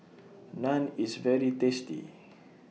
Naan IS very tasty